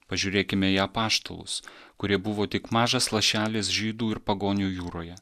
pažiūrėkime į apaštalus kurie buvo tik mažas lašelis žydų ir pagonių jūroje